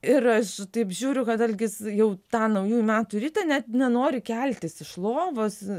ir aš taip žiūriu kad algis jau tą naujųjų metų rytą net nenori keltis iš lovos